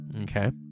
Okay